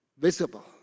visible